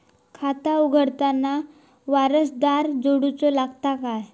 खाता उघडताना वारसदार जोडूचो लागता काय?